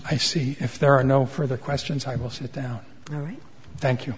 i see if there are no further questions i will sit down ok thank you